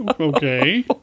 Okay